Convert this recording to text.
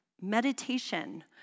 meditation